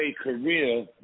career